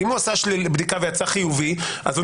אם הוא עשה בדיקה ויצא חיובי אז הוא